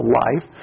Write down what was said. life